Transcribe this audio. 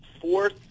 fourth